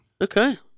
Okay